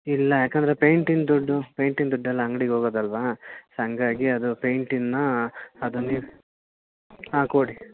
ಇಲ್ಲ ಯಾಕಂದ್ರೆ ಪೇಂಟಿಂದು ದುಡ್ಡು ಪೇಂಟಿಂದು ದುಡ್ಡೆಲ್ಲ ಅಂಗ್ಡಿಗೆ ಹೋಗೋದಲ್ವ ಸೊ ಹಂಗಾಗಿ ಅದು ಪೇಂಟನ್ನ ಅದು ನೀವು ಹಾಂ ಕೊಡಿ